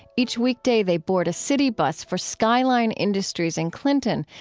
each weekday they board a city bus for skyline industries in clinton,